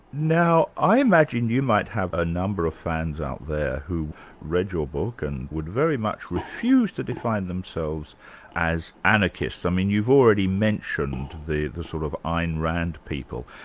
now i imagine you might have a number of fans out there who read your book and would very much refuse to define themselves as anarchists. i mean you've already mentioned the the sort of ayn and rand people,